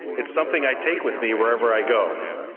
it's something i take with me wherever i go.